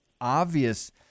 obvious